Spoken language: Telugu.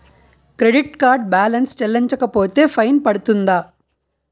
క్రెడిట్ కార్డ్ బాలన్స్ చెల్లించకపోతే ఫైన్ పడ్తుంద?